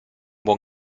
buon